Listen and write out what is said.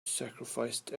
sacrificed